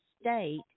state